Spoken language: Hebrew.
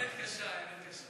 האמת קשה.